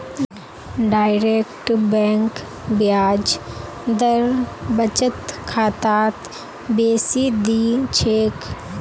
direct bank ब्याज दर बचत खातात बेसी दी छेक